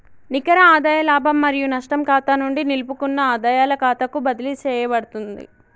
నికర ఆదాయ లాభం మరియు నష్టం ఖాతా నుండి నిలుపుకున్న ఆదాయాల ఖాతాకు బదిలీ చేయబడతాంది